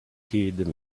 kid